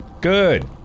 Good